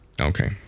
Okay